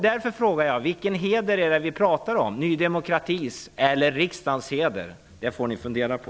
Jag frågar därför: Vilken heder är det vi pratar om, Ny demokratis eller riksdagens? Det får ni fundera på.